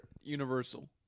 Universal